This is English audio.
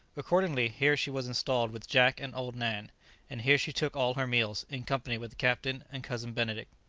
accordingly, here she was installed with jack and old nan and here she took all her meals, in company with the captain and cousin benedict.